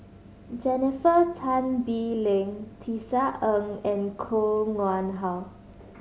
Jennifer Tan Bee Leng Tisa Ng and Koh Nguang How